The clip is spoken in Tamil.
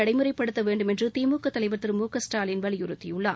நடைமுறைப்படுத்தவேண்டும் என்றுதிமுகதலைவா் திரு மு க ஸ்டாலின் வலியுறுத்தியுள்ளார்